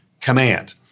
command